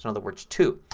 in other words two.